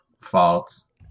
faults